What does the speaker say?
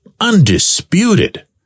undisputed